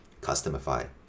Customify